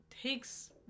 takes